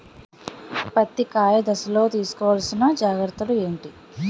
పత్తి కాయ దశ లొ తీసుకోవల్సిన జాగ్రత్తలు ఏంటి?